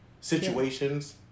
situations